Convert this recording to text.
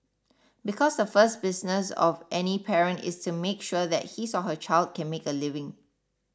because the first business of any parent is to make sure that his or her child can make a living